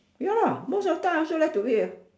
ya most of the time I also like to read at